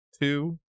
two